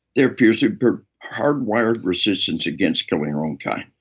there appears a hard-wired resistance against killing our own kind.